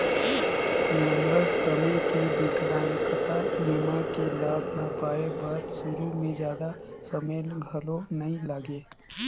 लंबा समे के बिकलांगता बीमा के लाभ ल पाए बर सुरू में जादा समें घलो नइ लागे